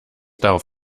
darauf